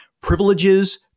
privileges